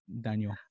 Daniel